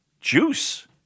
Juice